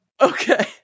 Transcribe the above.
Okay